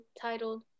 titled